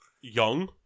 young